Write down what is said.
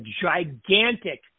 gigantic